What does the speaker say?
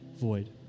void